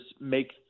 make